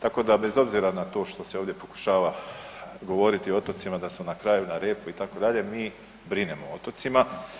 Tako da bez obzira na to što se ovdje pokušava govoriti o otocima da su na kraju, na repu itd., mi brinemo o otocima.